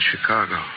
Chicago